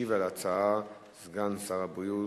ישיב על ההצעה סגן שר הבריאות,